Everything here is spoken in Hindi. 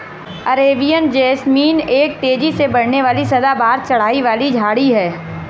अरेबियन जैस्मीन एक तेजी से बढ़ने वाली सदाबहार चढ़ाई वाली झाड़ी है